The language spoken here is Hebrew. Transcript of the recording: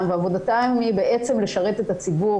ועבודתם היא בעצם לשרת את הציבור.